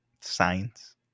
Science